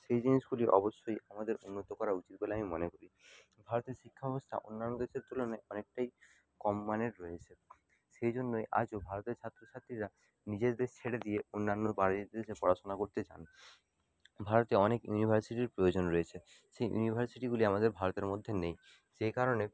সেই জিনিসগুলি অবশ্যই আমাদের উন্নত করা উচিত বলে আমি মনে করি ভারতের শিক্ষাব্যবস্থা অন্যান্য দেশের তুলনায় অনেকটাই কম মানের রয়েছে সেই জন্যই আজও ভারতীয় ছাত্রছাত্রীরা নিজের দেশ ছেড়ে দিয়ে অন্যান্য বাইরের দেশে পড়াশোনা করতে যান ভারতে অনেক ইউনিভার্সিটির প্রয়োজন রয়েছে সেই ইউনিভার্সিটিগুলি আমাদের ভারতের মধ্যে নেই সেই কারণে